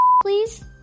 please